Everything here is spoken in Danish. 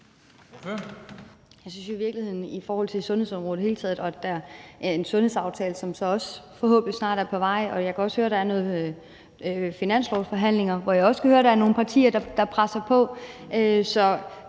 Jeg synes jo i virkeligheden i forhold til sundhedsområdet i det hele taget – og der også er en sundhedsaftale, som så forhåbentlig snart er på vej, og der også er nogle finanslovsforhandlinger, hvor jeg kan høre, at der er nogle partier, der presser på